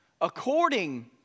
according